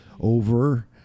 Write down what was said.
over